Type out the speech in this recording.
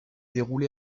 déroulé